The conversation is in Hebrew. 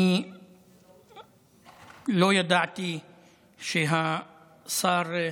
אני לא ידעתי שהשר,